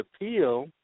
appeal